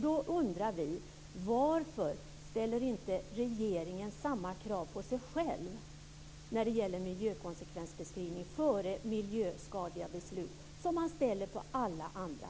Då undrar vi: Varför ställer inte regeringen samma krav på sig själv när det gäller miljökonsekvensbeskrivningar före miljöskadliga beslut som den ställer på alla andra?